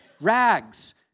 Rags